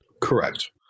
Correct